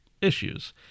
issues